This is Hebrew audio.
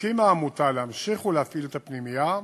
הסכימה העמותה להמשיך להפעיל את הפנימייה,